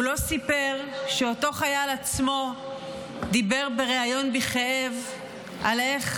הוא לא סיפר שאותו חייל עצמו דיבר בריאיון בכאב על איך